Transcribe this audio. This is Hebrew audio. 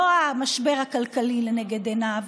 לא המשבר הכלכלי לנגד עיניו,